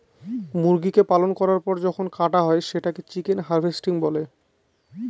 মুরগিকে পালন করার পর যখন কাটা হয় সেটাকে চিকেন হার্ভেস্টিং বলে